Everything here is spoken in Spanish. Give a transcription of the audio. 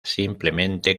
simplemente